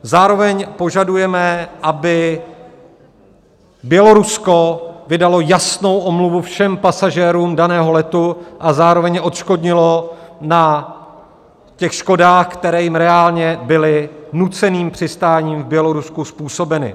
Zároveň požadujeme, aby Bělorusko vydalo jasnou omluvu všem pasažérům daného letu a zároveň je odškodnilo na těch škodách, které jim reálně byly nuceným přistáním v Bělorusku způsobeny.